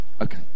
Okay